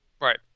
Right